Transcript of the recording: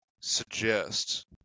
suggest